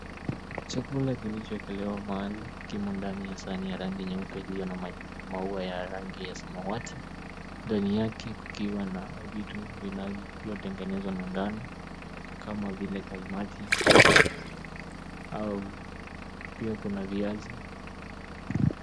Chakula kilichowekelewa mahali kimo ndani ya sahani ya rangi nyeupe iliyo na maua ya rangi ya samawati. Ndani yake kukiwa na vitu vinavyotengenezwa na ngano kama vile kaimati au pia kuna viazi.